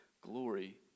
glory